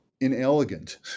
inelegant